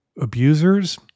abusers